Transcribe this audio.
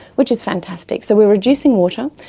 which is fantastic. so we were reducing water,